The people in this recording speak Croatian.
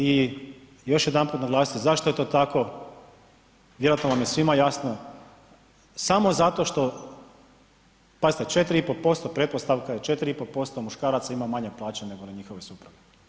I još jednom ću naglasiti zašto je to tako, vjerojatno vam je svima jasno, samo zato što, pazite 4,5%, pretpostavka je 4,5% muškaraca ima manje plaće nego njihove supruge.